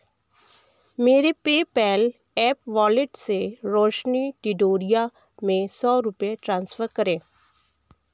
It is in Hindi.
मेरे पेपैल ऐप वॉलेट से रोशनी डिडोरिया में सौ रुपये ट्रांसफ़र करें